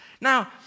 Now